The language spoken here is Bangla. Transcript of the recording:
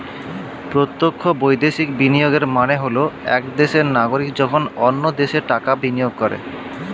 প্রত্যক্ষ বৈদেশিক বিনিয়োগের মানে হল এক দেশের নাগরিক যখন অন্য দেশে টাকা বিনিয়োগ করে